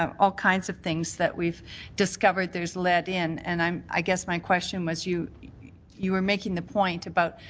um all kinds of things that we've discovered there's lead in, and um i guess my question was you you were making the point about